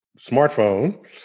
smartphone